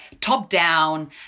top-down